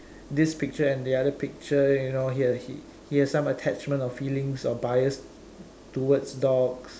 this picture and the other picture you know he uh he has some attachment or feelings or bias towards dogs